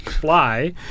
fly